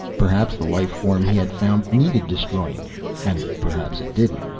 perhaps the life form he had found needed destroying and perhaps it didn't.